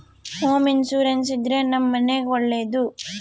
home insurance ಇದ್ರೆ ನಮ್ ಮನೆಗ್ ಒಳ್ಳೇದು